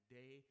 day